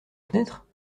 fenêtre